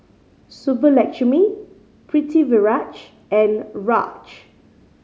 Subbulakshmi Pritiviraj and Raj